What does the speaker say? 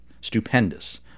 stupendous